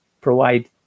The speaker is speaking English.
provide